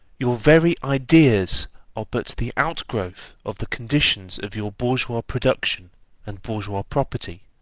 your very ideas are but the outgrowth of the conditions of your bourgeois production and bourgeois property,